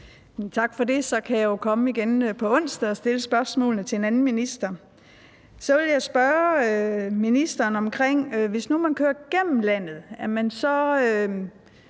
Tak for det. Så kan jeg jo komme igen på onsdag og stille spørgsmålene til en anden minister. Så vil jeg spørge ministeren: Hvis nu man kører gennem landet, er man så